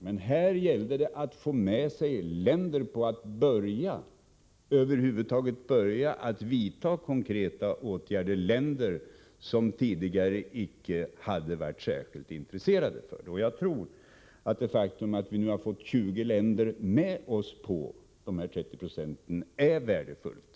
Men i det här fallet gällde det att få med sig andra länder och få dem att över huvud taget börja vidta konkreta åtgärder, länder som tidigare icke hade varit särskilt intresserade. Jag tror att det är värdefullt att vi nu har fått 20 länder med oss på dessa 30 Ze.